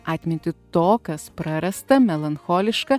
atmintį to kas prarasta melancholiška